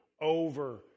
over